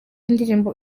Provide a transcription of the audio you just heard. indirimbo